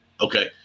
Okay